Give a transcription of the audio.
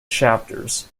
chapters